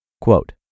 Quote